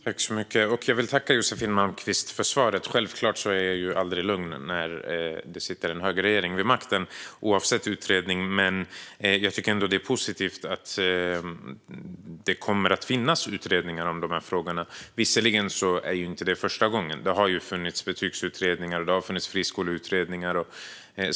Herr talman! Jag vill tacka Josefin Malmqvist för svaret. Självklart är jag aldrig lugn när det sitter en högerregering vid makten, oavsett vilka utredningar som görs, men det är ändå positivt att det kommer att finnas utredningar om de här frågorna. Visserligen är det inte första gången - det har ju gjorts betygsutredningar och friskoleutredningar tidigare.